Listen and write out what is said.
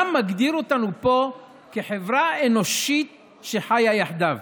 מה מגדיר אותנו פה כחברה אנושית שחיה יחדיו?